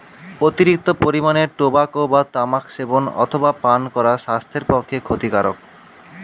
অতিরিক্ত পরিমাণে টোবাকো বা তামাক সেবন অথবা পান করা স্বাস্থ্যের পক্ষে ক্ষতিকারক